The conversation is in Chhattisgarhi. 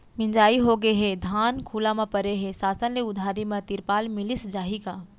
मिंजाई होगे हे, धान खुला म परे हे, शासन ले उधारी म तिरपाल मिलिस जाही का?